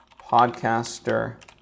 podcaster